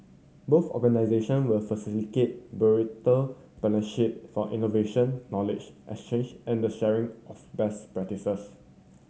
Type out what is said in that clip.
both organisation will facilitate partnership for innovation knowledge exchange and the sharing of best practises